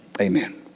Amen